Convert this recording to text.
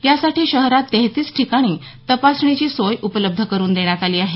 यासाठी शहरात तेहतीस ठिकाणी तपासणीची सोय उपलब्ध करुन देण्यात आली आहे